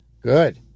Good